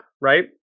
right